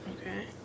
Okay